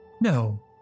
No